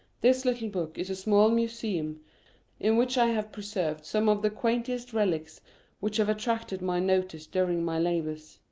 this little book is a small museum in which i have preserved some of the quaintest relics which have attracted my notice during my labours.